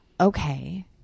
okay